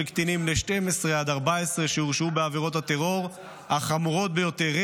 קטינים בני 12 עד 14 שהורשעו בעבירות הטרור החמורות ביותר,